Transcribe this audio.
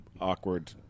awkward